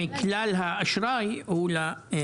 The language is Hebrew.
רק 6.9 אחוז מכלל האשראי הוא לערבים.